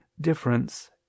difference